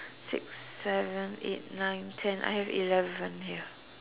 six seven eight nine ten I have eleven here